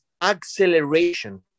acceleration